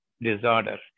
disorder